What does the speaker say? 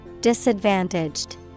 Disadvantaged